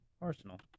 Arsenal